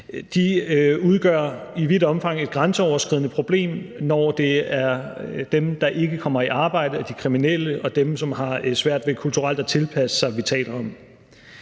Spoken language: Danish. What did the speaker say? – udgør i vidt omfang et grænseoverskridende problem, når det er dem, der ikke kommer i arbejde, og dem, der er kriminelle, og dem, som har det svært ved kulturelt at tilpasse sig, vi taler om.